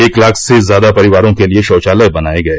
एक लाख से ज्यादा परिवारों के लिए शौचालय बनवाए गए